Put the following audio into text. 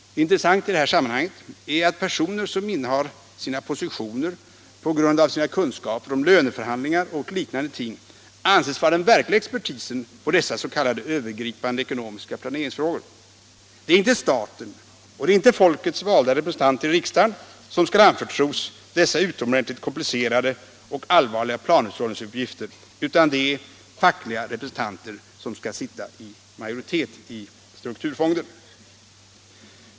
Intressant i detta sammanhang är att personer som innehar sina positioner på grund av sina kunskaper om löneförhandlingar och liknande ting anses vara den verkliga expertisen på dessa s.k. övergripande eko nomiska planeringsfrågor. Det är inte staten, och det är inte folkets valda representanter i riksdagen som skall anförtros dessa utomordentligt komplicerade och allvarliga planhushållningsuppgifter, utan det är fackliga representanter som skall sitta i majoritet i strukturfonden.